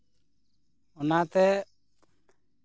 ᱚᱱᱟᱛᱮ